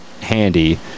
handy